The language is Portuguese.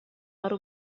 para